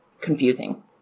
confusing